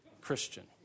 Christian